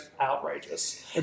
outrageous